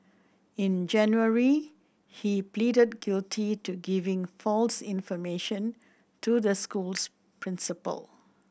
in January he pleaded guilty to giving false information to the school's principal